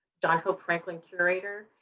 john hope franklin curator,